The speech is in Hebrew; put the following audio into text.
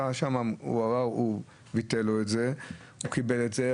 אחד ביטל את הדוח,